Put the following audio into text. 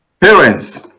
Parents